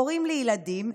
הורים לילדים,